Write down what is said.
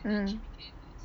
ya